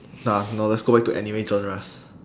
nah no let's go back to anime genres